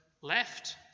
left